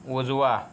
उजवा